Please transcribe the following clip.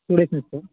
two days నుంచి sir